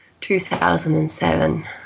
2007